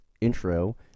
intro